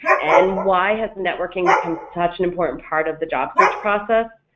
and why has networking become such an important part of the job search process?